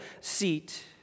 Seat